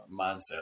mindset